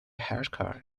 hardcore